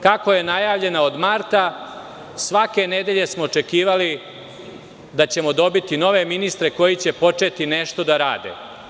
Kako je najavljena od marta, svake nedelje smo očekivali da ćemo dobiti nove ministre koji će početi nešto da rade.